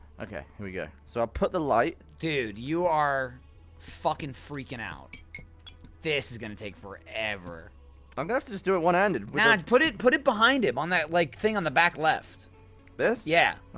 okay, here we go so i'll put the light dude, you are fucking freaking out this is gonna take forever i'm gonna just do it one-handed nah, and put it put it behind him on that, like, thing on the back left this? yeah